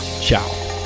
ciao